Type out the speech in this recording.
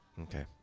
Okay